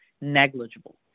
negligible